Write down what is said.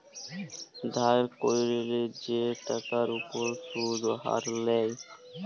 ধার ক্যইরলে যে টাকার উপর সুদের হার লায়